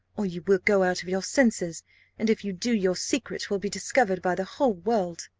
or you will go out of your senses and if you do, your secret will be discovered by the whole world.